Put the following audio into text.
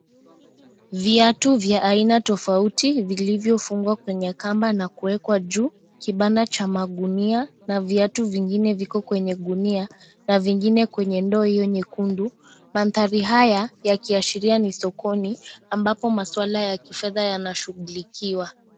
Viatu vya aina tofauti vilivyofungwa kwenye kamba na kuwekwa juu. Kibanda cha magunia na viatu vingine viko kwenye gunia na vingine kwenye ndoo hiyo nyekundu. Mandhari haya, yakiashiria ni sokoni ambapo masuala ya kifedha yanashughulikiwa.